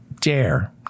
dare